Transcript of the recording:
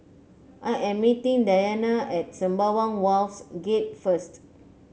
I am meeting Diana at Sembawang Wharves Gate first